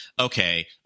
okay